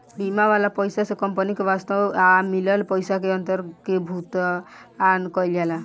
बीमा वाला पइसा से कंपनी के वास्तव आ मिलल पइसा के अंतर के भुगतान कईल जाला